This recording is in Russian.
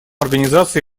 организации